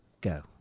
Go